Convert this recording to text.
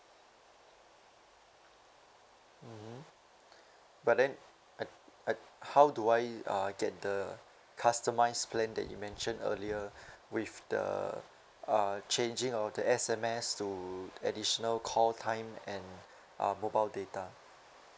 mmhmm but then I I how do I uh get the customised plan that you mentioned earlier with the uh changing of the S_M_S to additional call time and uh mobile data